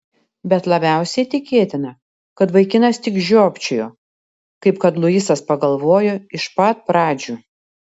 bet labiausiai tikėtina kad vaikinas tik žiopčiojo kaip kad luisas pagalvojo iš pat pradžių